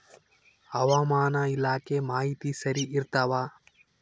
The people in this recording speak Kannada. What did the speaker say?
ಹವಾಮಾನ ಇಲಾಖೆ ಮಾಹಿತಿ ಸರಿ ಇರ್ತವ?